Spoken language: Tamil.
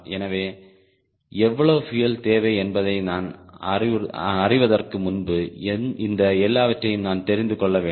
எனவே எவ்வளவு பியூயல் தேவை என்பதை நான் அறிவதற்கு முன்பு இந்த எல்லாவற்றையும் நான் தெரிந்து கொள்ள வேண்டும்